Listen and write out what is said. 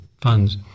funds